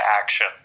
action